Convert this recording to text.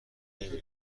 نمی